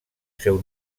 seu